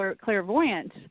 clairvoyant